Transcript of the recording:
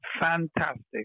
fantastic